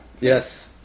yes